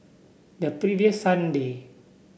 the previous Sunday